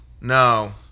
No